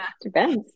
depends